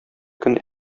көн